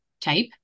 type